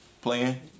Playing